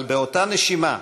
אבל באותה נשימה,